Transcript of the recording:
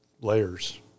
layers